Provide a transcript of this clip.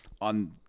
on